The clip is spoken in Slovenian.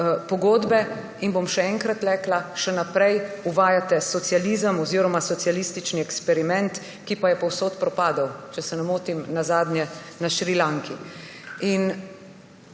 pogodbe. Še enkrat bom rekla, še naprej uvajate socializem oziroma socialistični eksperiment, ki pa je povsod propadel, če se ne motim na zadnje na Šrilanki.